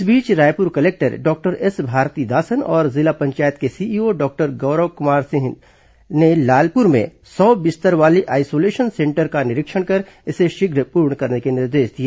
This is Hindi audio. इस बीच Raipur collector doctor S Bharathidasan और जिला पंचायत के सीईओ डॉक्टर गौरव कुमार सिंह ने लालपुर में सौ बिस्तर वाले आइसोलेशन सेंटर का निरीक्षण कर इसे शीघ्र पूर्ण करने के निर्देश दिए